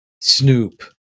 snoop